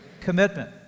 commitment